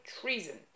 treason